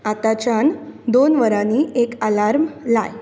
आतांच्यान दोन वरांनी एक आलार्म लाय